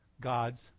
God's